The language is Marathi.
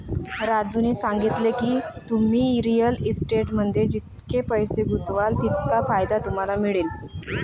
राजूने सांगितले की, तुम्ही रिअल इस्टेटमध्ये जितके पैसे गुंतवाल तितका फायदा तुम्हाला मिळेल